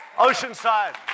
Oceanside